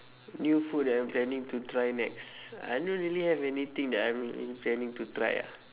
new food that I'm planning to try next I don't really have anything that I'm really planning to try ah